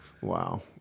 Wow